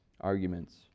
arguments